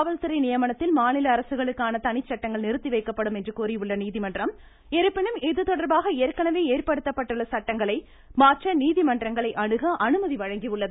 காவல்துறை நியமனத்தில் மாநில அரசுகளுக்கான தனி சட்டங்கள் நிறுத்தி வைக்கப்படும் என்று கூறியுள்ள நீதிமன்றம் இருப்பினும் இதுதொடர்பாக ஏற்கனவே ஏற்படுத்தப்பட்டுள்ள நீதிமன்றங்களை அணுக அனுமதி வழங்கியுள்ளது